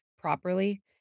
properly